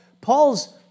Paul's